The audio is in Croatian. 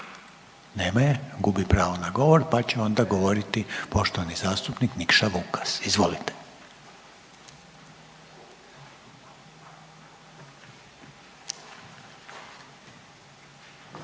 Nema je, gubi pravo na govor pa će onda govoriti poštovani zastupnik Nikša Vukas. Izvolite.